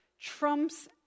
trumps